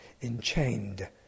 enchained